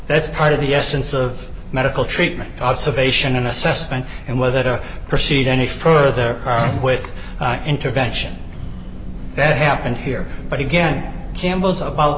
that's part of the essence of medical treatment observation an assessment and whether to proceed any further with intervention that happened here but again campbell's about